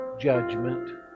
judgment